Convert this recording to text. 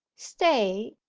stay,